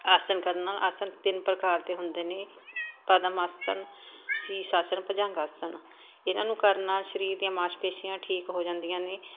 ਆਸਣ ਕਰਨ ਨਾਲ ਆਸਣ ਤਿੰਨ ਪ੍ਰਕਾਰ ਦੇ ਹੁੰਦੇ ਨੇ ਪਦਮ ਆਸਣ ਸ਼ੀਸ਼ ਆਸਣ ਭੁਝੰਗ ਆਸਣ ਇਨ੍ਹਾਂ ਨੂੰ ਕਰਨ ਨਾਲ ਸਰੀਰ ਦੀਆਂ ਮਾਸਪੇਸ਼ੀਆਂ ਠੀਕ ਹੋ ਜਾਂਦੀਆਂ ਨੇ